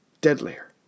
deadlier